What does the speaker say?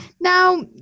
Now